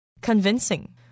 convincing